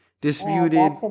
disputed